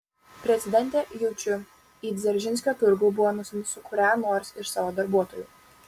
prezidentė jaučiu į dzeržinskio turgų buvo nusiuntusi kurią nors iš savo darbuotojų